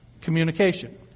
communication